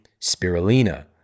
spirulina